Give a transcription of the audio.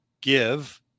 give